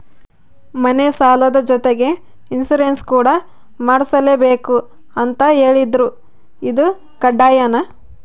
ಮನೆ ಸಾಲದ ಜೊತೆಗೆ ಇನ್ಸುರೆನ್ಸ್ ಕೂಡ ಮಾಡ್ಸಲೇಬೇಕು ಅಂತ ಹೇಳಿದ್ರು ಇದು ಕಡ್ಡಾಯನಾ?